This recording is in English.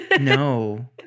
No